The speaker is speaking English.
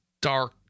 dark